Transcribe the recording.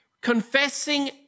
confessing